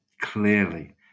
clearly